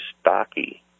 stocky